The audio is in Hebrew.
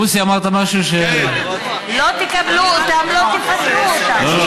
מוסי, אמרת משהו, לא תקבלו אותם, לא תפטרו אותם.